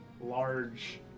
large